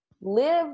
live